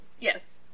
yes